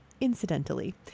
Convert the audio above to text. incidentally